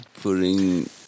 putting